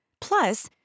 Plus